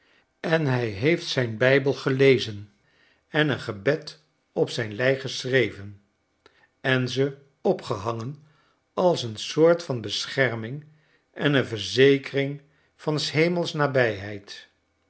en hij heeft zijn bijbel gelezen en een gebed op zijn lei geschreven en ze opgehangen als een soort van bescherming en een verzekering van s hemels nabijheid